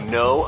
no